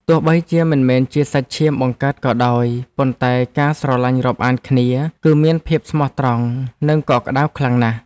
ទោះបីជាមិនមែនជាសាច់ឈាមបង្កើតក៏ដោយ ប៉ុន្តែការស្រឡាញ់រាប់អានគ្នា គឺមានភាពស្មោះត្រង់ និងកក់ក្តៅខ្លាំងណាស់។